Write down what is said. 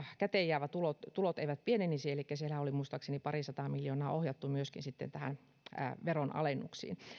käteenjäävät tulot tulot eivät pienenisi elikkä siellähän oli muistaakseni parisataa miljoonaa ohjattu myöskin näihin veronalennuksiin